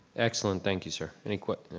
excellent, thank you, sir. any,